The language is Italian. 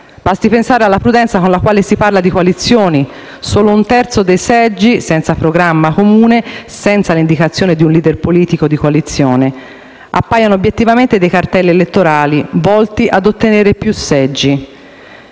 Basti pensare alla prudenza con la quale si parla di coalizioni: solo un terzo dei seggi, senza programma comune, senza l'indicazione di un *leader* politico di coalizione. Appaiano obiettivamente dei cartelli elettorali volti ad ottenere più seggi.